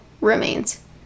remains